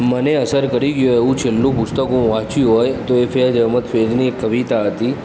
મને અસર કરી ગયું એવું છેલ્લું પુસ્તક હું વાંચ્યું હોય તો એ ફૈઝ એહમદ ફૈઝની એક કવિતા હતી